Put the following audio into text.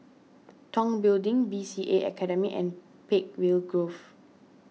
Tong Building B C A Academy and Peakville Grove